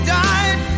died